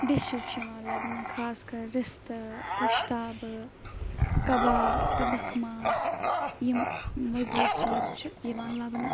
dishes چھِ یِوان لَبنہٕ خاص کَر رِستہٕ گۄشتابہٕ کَبابہٕ ظبَخ ماز یِم مزیٖد چیٖز چھِ یِوان لَبنہٕ